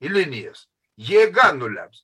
i linijas jėga nulems